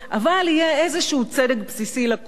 אבל יהיה איזה צדק בסיסי לכול.